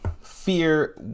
Fear